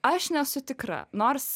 aš nesu tikra nors